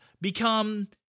become